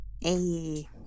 Hey